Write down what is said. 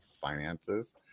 finances